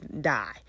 die